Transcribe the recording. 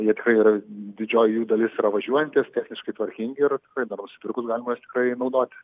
jie tikrai yra didžioji jų dalis yra važiuojantys techniškai tvarkingi ir tikrai dar nusipirkus galima juos tikrai naudoti